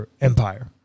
Empire